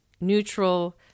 neutral